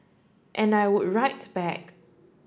and I would write back